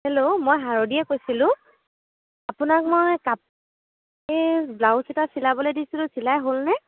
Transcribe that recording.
hello মই শাৰদীয়ে কৈছিলোঁ আপোনাক মই কা এই ব্লাউজ এটা চিলাবলৈ দিছিলোঁ চিলাই হ'লনে